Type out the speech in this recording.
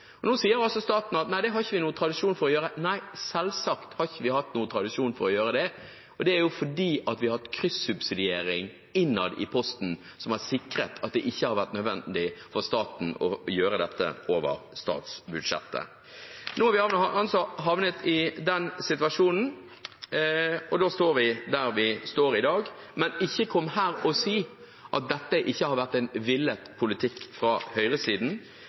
Nå sier staten at nei, det har vi ikke noen tradisjon for å gjøre. Nei, selvsagt har vi ikke hatt noen tradisjon for å gjøre det, og det er fordi vi har hatt kryssubsidiering innad i Posten som har sikret at det ikke har vært nødvendig for staten å gjøre dette over statsbudsjettet. Nå har vi altså havnet i den situasjonen, og da står vi der vi står i dag. Men kom ikke her og si at dette ikke har vært en villet politikk fra høyresiden!